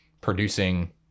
producing